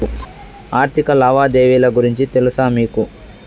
ఆర్థిక లావాదేవీల గురించి తెలుసా మీకు